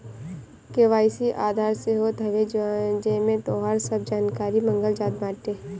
KYC Aadhaar से होत हवे जेमे तोहार सब जानकारी मांगल जात बाटे